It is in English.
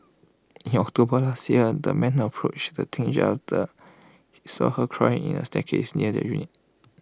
in October last year the man approached the teenager after he saw her crying at A staircase near their unit